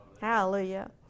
Hallelujah